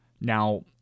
Now